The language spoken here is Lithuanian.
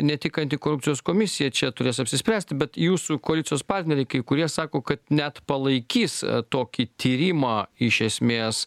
ne tik antikorupcijos komisija čia turės apsispręsti bet jūsų koalicijos partneriai kai kurie sako kad net palaikys tokį tyrimą iš esmės